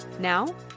Now